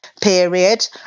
period